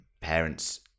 parents